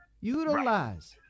Utilize